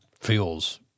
feels